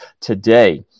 today